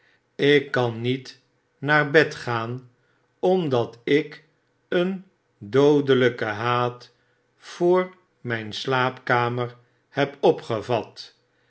ik kan niet naar bed gaan omdat ik een doodelijken haat voor mon slaapkamer heb opgevat